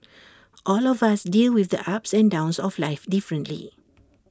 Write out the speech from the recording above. all of us deal with the ups and downs of life differently